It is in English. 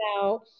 now